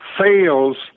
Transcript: fails